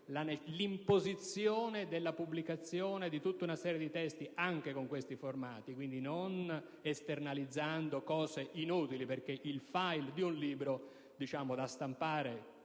l'imposizione della pubblicazione di una serie di testi anche con questi formati, quindi non esternalizzando cose inutili, perché il *file* di un libro da stampare